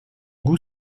goût